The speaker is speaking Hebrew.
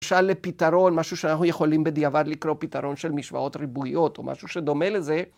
‫למשל לפתרון, משהו שאנחנו יכולים ‫בדיעבר לקרוא פתרון של משוואות ריבועיות ‫או משהו שדומה לזה.